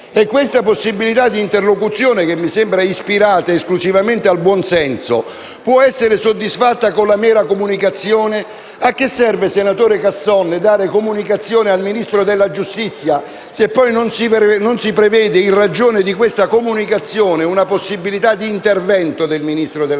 Questa possibilità di interlocuzione - che mi sembra ispirata esclusivamente al buonsenso - può essere soddisfatta con la mera comunicazione? A che serve, senatore Casson, dare comunicazione al Ministro della giustizia, se poi non si prevede, in ragione di questa comunicazione, una possibilità di intervento di quest'ultimo?